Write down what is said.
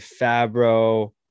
Fabro